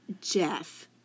Jeff